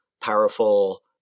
powerful